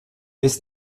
ist